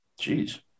Jeez